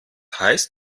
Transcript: heißt